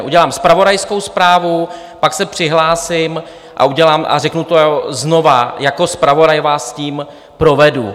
Udělám zpravodajskou zprávu, pak se přihlásím a řeknu to znova, jako zpravodaj vás tím provedu.